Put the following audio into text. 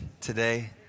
today